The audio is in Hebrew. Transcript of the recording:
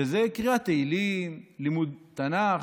וזו קריאת תהילים, לימוד תנ"ך.